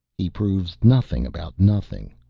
he proves nothing about nothing,